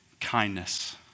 Kindness